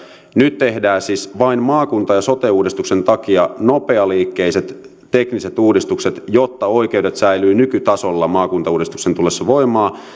nyt tehdään siis vain maakunta ja sote uudistuksen takia nopealiikkeiset tekniset uudistukset jotta oikeudet säilyvät nykytasolla maakuntauudistuksen tullessa voimaan